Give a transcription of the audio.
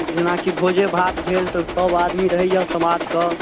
जेनाकि भोजे भात भेल तऽ सभ आदमी रहैया समाजके